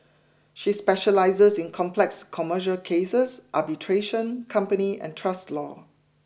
she specialises in complex commercial cases arbitration company and trust law